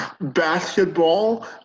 basketball